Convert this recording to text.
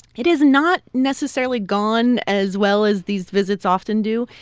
it has not necessarily gone as well as these visits often do.